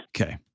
Okay